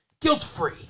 guilt-free